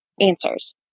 answers